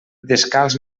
descalç